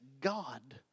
God